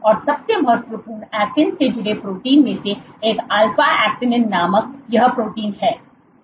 और सबसे महत्वपूर्ण ऐक्टिन से जुड़े प्रोटीन में से एक अल्फा ऐक्टिनिन नामक यह प्रोटीन है